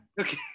Okay